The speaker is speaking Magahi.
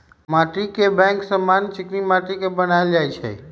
माटीके बैंक समान्य चीकनि माटि के बनायल जाइ छइ